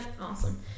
awesome